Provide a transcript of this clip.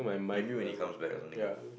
maybe when he comes back or something lah